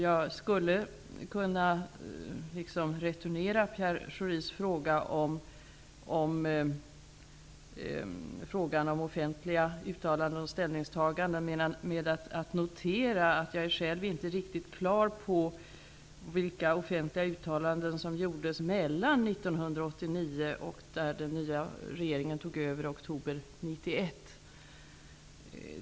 Jag skulle kunna returnera Pierre Schoris fråga om uttalanden av offentliga ställningstaganden med att notera att jag själv inte är riktigt klar över vilka offentliga uttalanden som gjordes under tiden 1989 och fram till regeringsskiftet i oktober 1991.